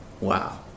Wow